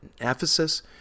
Ephesus